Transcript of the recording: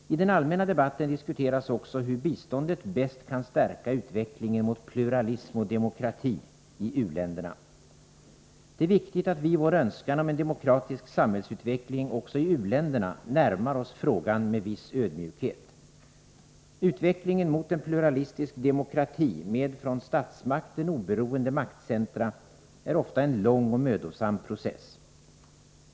I den allmänna debatten diskuteras också hur biståndet bäst kan stärka utvecklingen mot pluralism och demokrati i u-länderna. Det är viktigt, att vi i vår önskan om en demokratisk samhällsutveckling också i u-länderna närmar oss frågan med viss ödmjukhet. Utvecklingen mot en pluralistisk demokrati med från statsmakten oberoende maktcentra är ofta en lång och mödosam process.